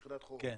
יחידת חום --- כן,